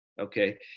Okay